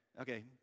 okay